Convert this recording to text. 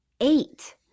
eight